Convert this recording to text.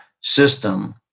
system